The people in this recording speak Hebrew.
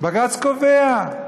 בג"ץ קובע.